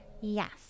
Yes